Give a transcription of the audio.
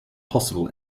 possible